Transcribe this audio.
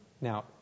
now